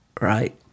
Right